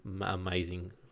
amazing